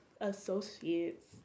associates